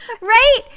Right